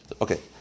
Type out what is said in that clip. Okay